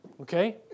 okay